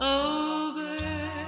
over